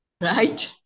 right